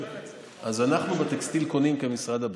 אז את הטקסטיל אנחנו קונים כמשרד הבריאות,